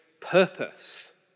purpose